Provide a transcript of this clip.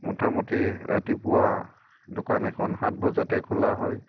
মোটামুটি ৰাতিপুৱা দোকান এখন সাত বজাতে খোলা হয়